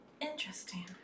Interesting